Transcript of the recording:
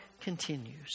continues